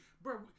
bro